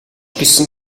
гэсэн